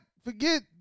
Forget